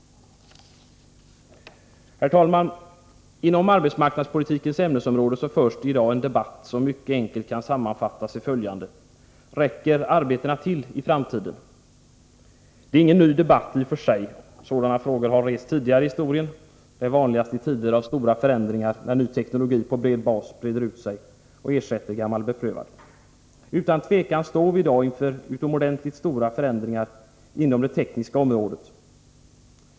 Herr talman! Inom arbetsmarknadspolitikens ämnesområde förs i dag en debatt som mycket enkelt kan sammanfattas i följande: Räcker arbetena till i framtiden? Det är ingen ny debatt i och för sig. Sådana frågor har rests tidigare i historien. De är vanligast i tider av stora förändringar när ny teknologi på bred bas breder ut sig och ersätter gammal beprövad. Utan tvivel står vi i dag inför utomordentligt stora förändringar inom det tekniska området.